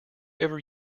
ever